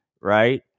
Right